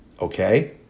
okay